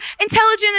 intelligent